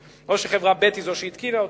או שחברה ב' היא שהתקינה אותו,